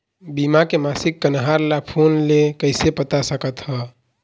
बीमा के मासिक कन्हार ला फ़ोन मे कइसे पता सकत ह?